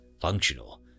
functional